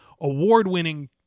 award-winning